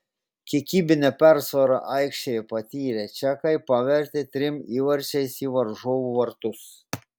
kiekybinę persvarą aikštėje patyrę čekai pavertė trim įvarčiais į varžovų vartus